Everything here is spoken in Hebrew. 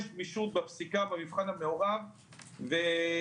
במבחן המעורב בפסיקה יש גמישות.